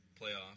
playoff